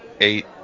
eight